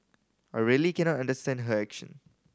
I really cannot understand her action